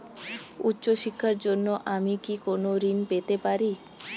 উচ্চশিক্ষার জন্য আমি কি কোনো ঋণ পেতে পারি?